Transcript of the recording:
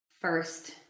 first